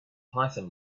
python